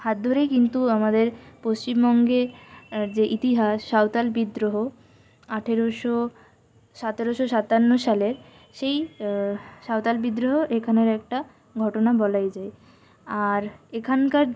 হাত ধরেই কিন্তু আমাদের পশ্চিমবঙ্গের যে ইতিহাস সাঁওতাল বিদ্রোহ আঠেরোশো সতেরোশো সাতান্ন সালে সেই সাঁওতাল বিদ্রোহও এখানের একটা ঘটনা বলাই যায় আর এখানকার